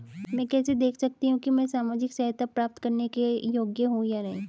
मैं कैसे देख सकती हूँ कि मैं सामाजिक सहायता प्राप्त करने के योग्य हूँ या नहीं?